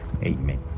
Amen